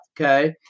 okay